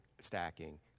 stacking